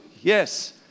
Yes